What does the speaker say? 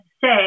say